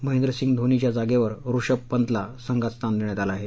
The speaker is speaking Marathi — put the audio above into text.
महेंद्रसिंह धोनीच्या जागेवर ऋषभ पंतला संघात स्थान देण्यात आलं आहे